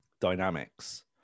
dynamics